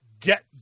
get